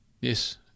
Yes